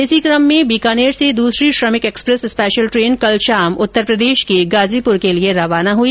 इस कम में बीकानेर से दूसरी श्रमिक एक्सप्रेस स्पेशल ट्रेन कल शाम उत्तर प्रदेश के गाजीपुर के लिए रवाना हुई